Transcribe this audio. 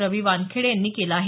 रवी वानखेडे यांनी केलं आहे